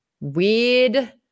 weird